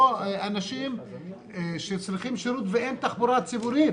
או אנשים שצריכים שירות ואין תחבורה ציבורית